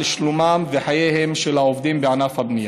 שלומם וחייהם של העובדים בענף הבנייה.